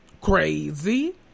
Crazy